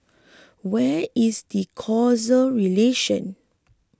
where is the causal relationship